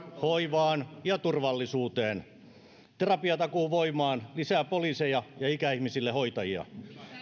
hoivaan ja turvallisuuteen terapiatakuu voimaan lisää poliiseja ja ikäihmisille hoitajia